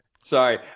Sorry